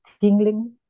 tingling